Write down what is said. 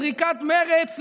זריקת מרץ,